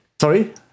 Sorry